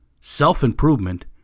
self-improvement